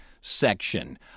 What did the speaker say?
section